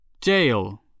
Jail